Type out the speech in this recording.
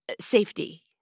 safety